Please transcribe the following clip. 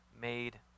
made